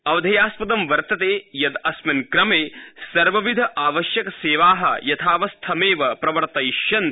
अवधेयास्पदं वर्तते यत् अस्मिन् क्रमे सर्वविध आवश्यक सेवाः यथावस्थमेव प्रवर्तयिष्यन्ति